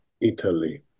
Italy